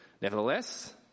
Nevertheless